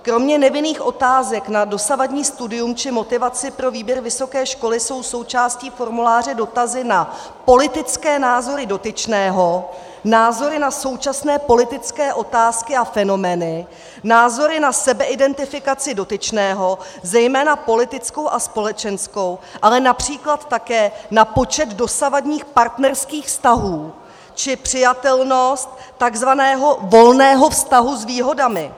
Kromě nevinných otázek na dosavadní studium či motivaci pro výběr vysoké školy jsou součástí formuláře dotazy na politické názory dotyčného, názory na současné politické otázky a fenomény, názory na sebeidentifikaci dotyčného, zejména politickou a společenskou, ale například také na počet dosavadních partnerských vztahů či přijatelnost takzvaného volného vztahu s výhodami.